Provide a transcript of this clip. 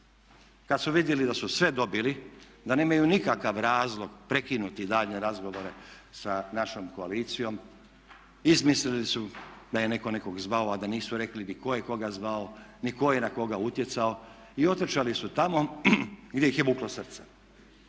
Kad su vidjeli da su sve dobili, da nemaju nikakav razlog prekinuti daljnje razgovore sa našom koalicijom izmislili su da je netko nekog zvao a da nisu rekli ni tko je koga zvao, ni ko je na koga utjecao i otrčali su tamo gdje ih je vuklo srce.